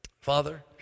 Father